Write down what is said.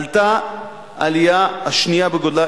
עלתה העלייה השנייה בגודלה,